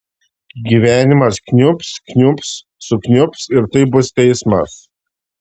gyvenimas kniubs kniubs sukniubs ir tai bus teismas